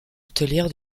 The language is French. hôtelière